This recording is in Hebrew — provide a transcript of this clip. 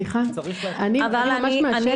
סליחה, אני ממש מהשטח.